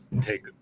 take